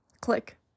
Click